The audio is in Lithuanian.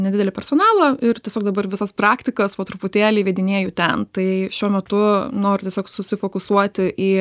nedidelį personalą ir tiesiog dabar visas praktikas po truputėlį įvedinėju ten tai šiuo metu noriu tiesiog susifokusuoti į